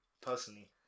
personally